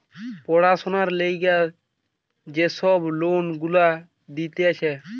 পড়াশোনার লিগে যে সব লোন গুলা দিতেছে